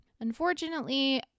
Unfortunately